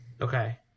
Okay